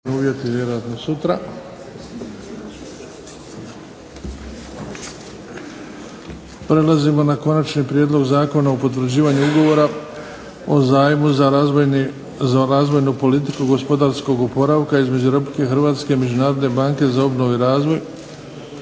**Bebić, Luka (HDZ)** Prelazimo na - Konačni prijedlog zakona o potvrđivanju Ugovora o zajmu za razvojnu politiku gospodarskog oporavka između Republike Hrvatske i Međunarodne banke za obnovu i razvoj,